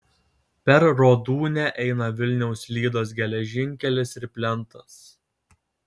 per rodūnią eina vilniaus lydos geležinkelis ir plentas